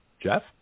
Jeff